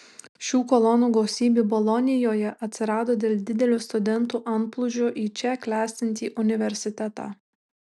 šių kolonų gausybė bolonijoje atsirado dėl didelio studentų antplūdžio į čia klestinti universitetą